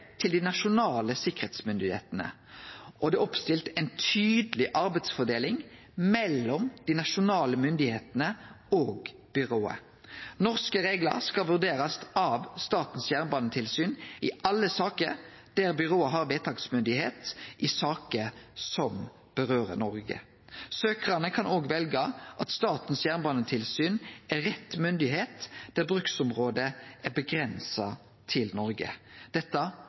til dei nasjonale sikkerheitsmyndigheitene, og det er oppstilt ei tydeleg arbeidsfordeling mellom dei nasjonale myndigheitene og byrået. Norske reglar skal vurderast av Statens jernbanetilsyn i alle saker der byrået har vedtaksmyndigheit i saker som gjeld Noreg. Søkjarane kan òg velje at Statens jernbanetilsyn er rett myndigheit der bruksområdet er avgrensa til Noreg. Dette